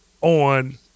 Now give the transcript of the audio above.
on